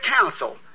Council